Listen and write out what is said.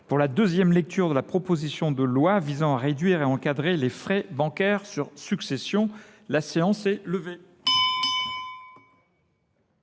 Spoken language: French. Pour la deuxième lecture de la proposition de loi visant à réduire et encadrer les frais bancaires sur succession, la séance est levée.